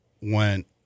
Went